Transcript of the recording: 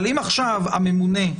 אבל אם עכשיו הממונה,